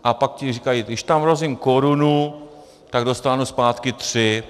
A pak říkají, když tam vrazím korunu, tak dostanu zpátky tři.